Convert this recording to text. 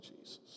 Jesus